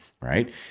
right